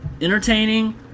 entertaining